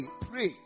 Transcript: pray